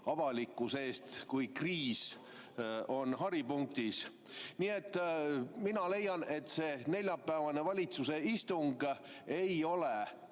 avalikkuse eest, kui kriis on haripunktis. Mina leian, et see neljapäevane valitsuse istung ei ole